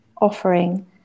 offering